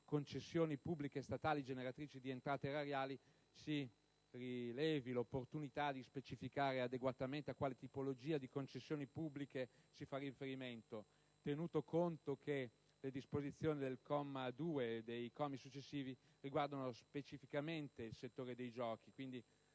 «concessioni pubbliche statali generatrici di entrate erariali», si rilevi l'opportunità di specificare adeguatamente a quale tipologia di concessioni pubbliche si fa riferimento, tenuto conto che le disposizioni del comma 2 e dei commi successivi riguardano specificamente il settore dei giochi. Quindi,